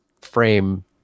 frame